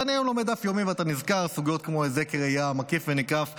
והיום אני לומד דף יומי ונזכר בסוגיות כמו איזה היזק ראייה ומקיף וניקף,